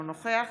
אינו נוכח